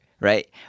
Right